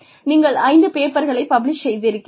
நீங்கள் ஐந்து பேப்பர்களை பப்ளிஷ் செய்திருக்கிறீர்கள்